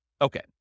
Okay